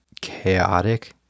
chaotic